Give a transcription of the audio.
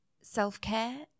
self-care